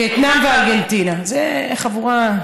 וייטנאם וארגנטינה, זו החבורה.